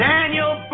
Daniel